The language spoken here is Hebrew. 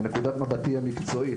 מנקודת מבטי המקצועית,